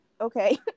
Okay